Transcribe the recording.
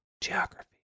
geography